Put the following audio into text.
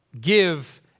give